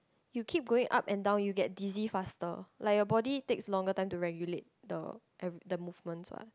you keep going up and down you get dizzy faster like your body takes longer time to regulate the every~ the movements what